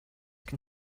can